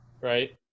right